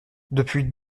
depuis